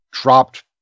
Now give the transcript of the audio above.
dropped